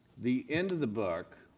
the end of the book,